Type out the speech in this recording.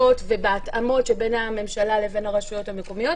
ובהתאמות שבין הממשלה לבין הרשויות המקומיות.